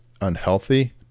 unhealthy